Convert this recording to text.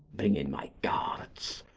bring in my guards.